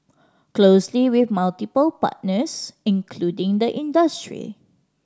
closely with multiple partners including the industry